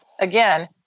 again